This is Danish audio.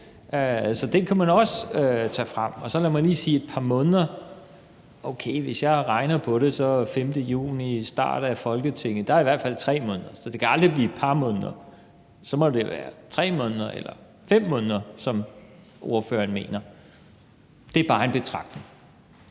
Så det kan man også tage frem. Så lad mig lige sige vedrørende det med et par måneder, at hvis jeg regner på det, så er der fra den 5. juni til starten af Folketinget i hvert fald 3 måneder. Så det kan aldrig blive et par måneder; så må det være 3 måneder eller 5 måneder, som ordføreren mener. Det er bare en betragtning.